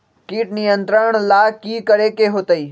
किट नियंत्रण ला कि करे के होतइ?